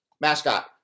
Mascot